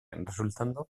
resultando